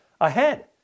ahead